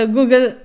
Google